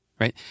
Right